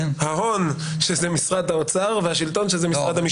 ההון, שזה משרד האוצר, והשלטון שזה משרד המשפטים.